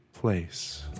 place